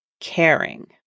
caring